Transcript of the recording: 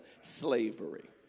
slavery